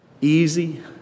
easy